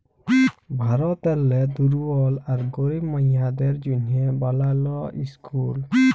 ভারতেরলে দুর্বল আর গরিব মাইয়াদের জ্যনহে বালাল ইসকুল